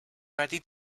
ready